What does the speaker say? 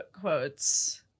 quotes